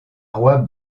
roi